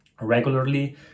regularly